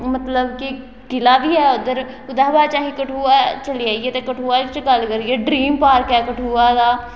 मतलब कि किला बी ऐ इद्धर ओह्दे बाद च अहें कठुआ चली जाइये ते कठुआ च गल्ल करिए ड्रीम पार्क ऐ कठुआ दा